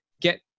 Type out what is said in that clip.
get